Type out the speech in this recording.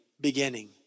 beginning